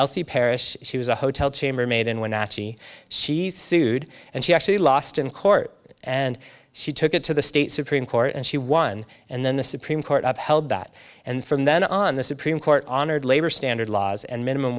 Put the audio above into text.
named elsie parrish she was a hotel chambermaid in one achey she sued and she actually lost in court and she took it to the state supreme court and she won and then the supreme court upheld that and from then on the supreme court honored labor standards laws and minimum